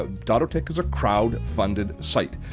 ah dottotech is a crowd-funded site,